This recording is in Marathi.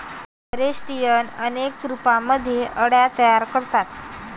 क्रस्टेशियन अनेक रूपांमध्ये अळ्या तयार करतात